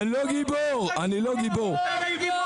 החבר'ה שאתם רואים פה קופצים כל לילה להציל אנשים